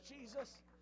Jesus